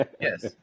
Yes